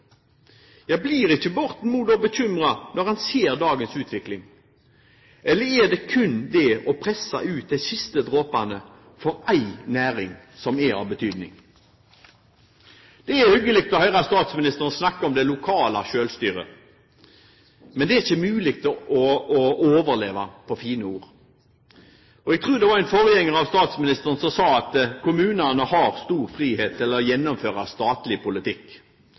Ja, blir ikke Borten Moe bekymret når han ser dagens utvikling, eller er det kun det å presse ut de siste dråpene for én næring som er av betydning? Det er hyggelig å høre statsministeren snakke om det lokale selvstyret. Men det er ikke mulig å overleve på fine ord. Jeg tror det var en forgjenger av statsministeren som sa at kommunene har stor frihet til å gjennomføre statlig politikk.